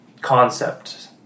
concept